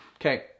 Okay